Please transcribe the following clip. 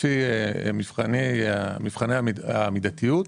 לפי מבחני המידתיות.